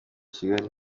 kigali